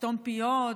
לסתום פיות,